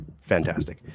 fantastic